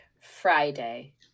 Friday